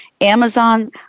Amazon